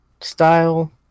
style